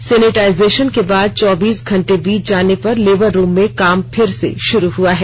sanitization के बाद चौबीस घंटे बीत जाने पर लेबर रूम में काम फिर से शुरू हुआ है